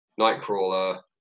Nightcrawler